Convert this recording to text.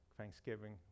Thanksgiving